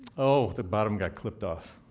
oh, the bottom got clipped off.